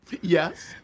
Yes